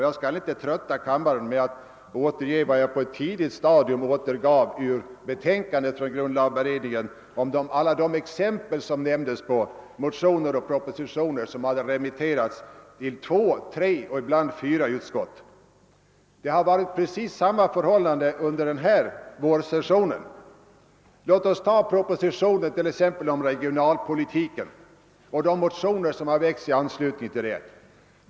Jag skall inte trötta kammarens ledamöter med att återge alla de exempel på motioner och propositioner, som remitterats till två, tre och ibland fyra utskott, som lämnas i grundlagberedningens betänkande. Detta förhållande har också varit rådande under innevarande vårsession. Låt oss t.ex. se på propositionen om regionalpolitiken och de motioner som väckts i anslutning till den.